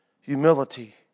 humility